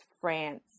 France